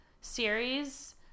series